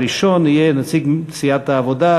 הראשון יהיה נציג סיעת העבודה,